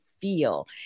feel